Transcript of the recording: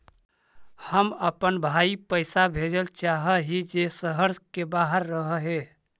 हम अपन भाई पैसा भेजल चाह हीं जे शहर के बाहर रह हे